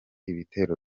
ibitero